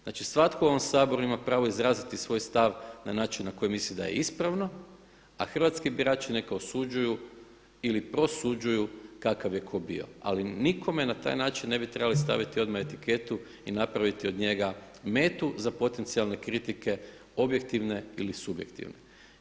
Znači, svatko u ovom Saboru ima pravo izraziti svoj stav na način na koji misli da je ispravno a hrvatski birači neka osuđuju ili prosuđuju kakav je tko bio, ali nikome na taj način ne bi trebali staviti odmah etiketu i napraviti od njega metu za potencijalne kritike objektivne ili subjektivne.